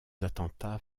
attentats